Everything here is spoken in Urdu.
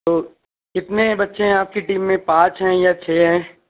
تو کتنے بچے ہیں آپ کی ٹیم میں پانچ ہیں یا چھ ہیں